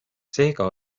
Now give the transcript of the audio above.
seega